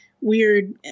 weird